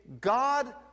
God